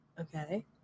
Okay